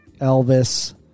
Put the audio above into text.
Elvis